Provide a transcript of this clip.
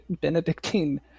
Benedictine